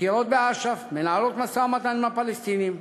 מכירות באש"ף ומנהלות משא-ומתן עם הפלסטינים.